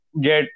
get